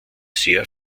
sehr